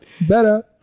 Better